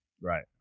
right